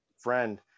friend